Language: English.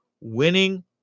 Winning